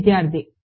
విద్యార్థి 0